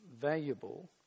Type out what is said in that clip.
valuable